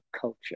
culture